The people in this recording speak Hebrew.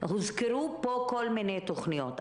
הוזכרו פה כל מיני תוכניות.